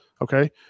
Okay